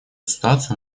ситуацию